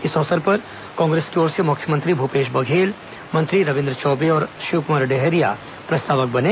इस अवसर पर कांग्रेस की ओर से मुख्यमंत्री भूपेश बघेल मंत्री रविन्द्र चौबे और शिवकुमार डहरिया प्रस्तावक बने